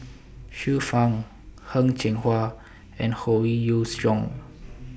Xiu Fang Heng Cheng Hwa and Howe Yoon Chong